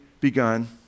begun